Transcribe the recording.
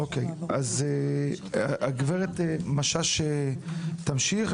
הגברת משש תמשיך.